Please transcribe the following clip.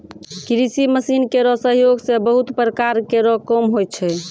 कृषि मसीन केरो सहयोग सें बहुत प्रकार केरो काम होय छै